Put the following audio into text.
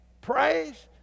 praise